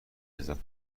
لذت